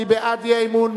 מי בעד אי-האמון?